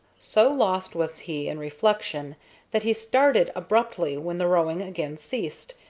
so lost was he in reflection that he started abruptly when the rowing again ceased,